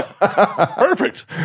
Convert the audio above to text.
Perfect